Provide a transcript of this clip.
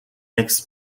makes